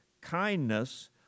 kindness